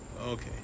Okay